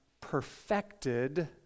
perfected